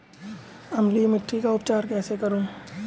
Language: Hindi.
अम्लीय मिट्टी का उपचार कैसे करूँ?